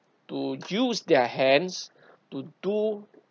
to use their hands to do